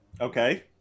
okay